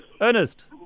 Ernest